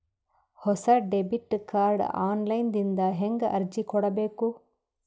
ಹೊಸ debit card online ದಿಂದ ಹೇಂಗ ಅರ್ಜಿ ಕೊಡಬೇಕು?